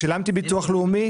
שילמתי ביטוח לאומי,